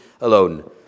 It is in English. Alone